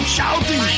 Shouting